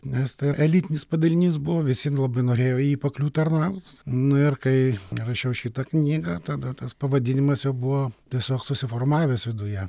nes tai elitinis padalinys buvo visi labai norėjo į jį pakliūt tarnaut nu ir kai rašiau šitą knygą tada tas pavadinimas jau buvo tiesiog susiformavęs viduje